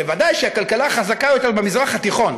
ודאי הכלכלה החזקה ביותר במזרח התיכון,